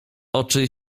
oczy